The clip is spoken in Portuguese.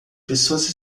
pessoas